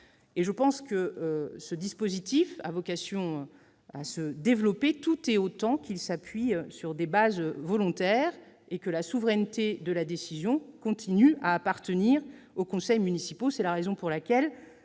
Selon moi, ce dispositif a vocation à se développer. Il s'appuie sur des bases volontaires et la souveraineté de la décision continue d'appartenir aux conseils municipaux.